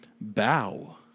Bow